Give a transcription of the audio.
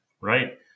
Right